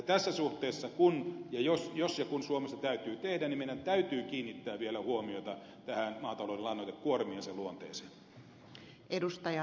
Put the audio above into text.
tässä suhteessa jos ja kun suomessa täytyy tehdä jotain niin meidän täytyy kiinnittää vielä huomiota näihin maatalouden lannoitekuormiin ja niiden luonteeseen